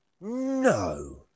No